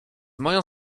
moją